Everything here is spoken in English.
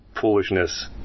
foolishness